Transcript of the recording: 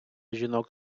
жінок